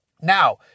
Now